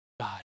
God